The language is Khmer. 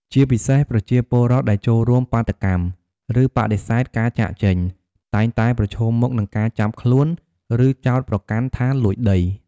ជាពិសេស ប្រជាពលរដ្ឋដែលចូលរួមបាតុកម្ម ឬបដិសេធការចាកចេញ តែងតែប្រឈមមុខនឹងការចាប់ខ្លួន ឬចោទប្រកាន់ថាលួចដី។